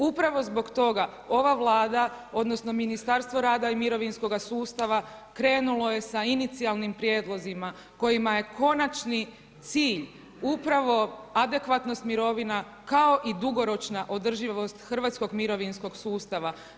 Upravo zbog toga ova Vlada odnosno Ministarstvo rada i mirovinskoga sustava krenulo je da inicijalnim prijedlozima kojima je konačni cilj upravo adekvatnost mirovina kao i dugoročnost hrvatskog mirovinskog sustava.